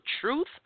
truth